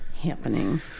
happening